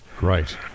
Right